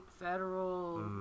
federal